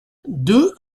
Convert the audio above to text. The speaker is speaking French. deux